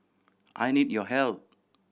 I need your help